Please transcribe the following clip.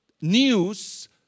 news